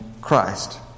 Christ